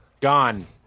Gone